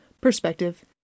perspective